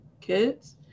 kids